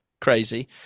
Crazy